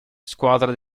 squadra